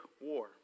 War